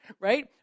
right